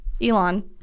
elon